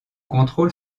contrôle